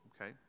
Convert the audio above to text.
okay